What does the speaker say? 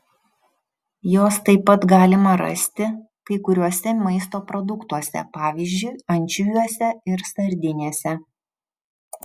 jos taip pat galima rasti kai kuriuose maisto produktuose pavyzdžiui ančiuviuose ir sardinėse